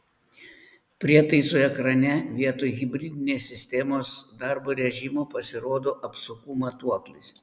prietaisų ekrane vietoj hibridinės sistemos darbo režimo pasirodo apsukų matuoklis